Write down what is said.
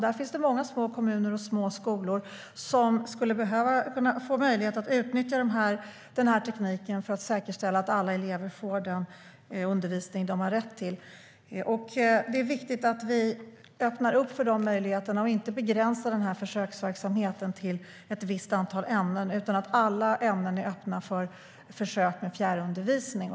Där finns det många små kommuner och små skolor som skulle behöva utnyttja den här tekniken för att säkerställa att alla elever får den undervisning som de har rätt till. Det är viktigt att vi öppnar för de möjligheterna och inte begränsar försöksverksamheten till ett visst antal ämnen. Alla ämnen ska vara öppna för försök med fjärrundervisning.